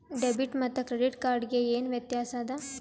Debit ಮತ್ತ credit card ಗೆ ಏನ ವ್ಯತ್ಯಾಸ ಆದ?